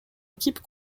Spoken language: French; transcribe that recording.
équipe